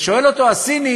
שואל אותו הסיני: